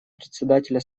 председателя